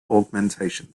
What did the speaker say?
augmentation